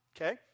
okay